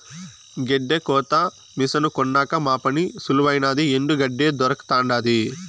గెడ్డి కోత మిసను కొన్నాక మా పని సులువైనాది ఎండు గెడ్డే దొరకతండాది